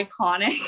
iconic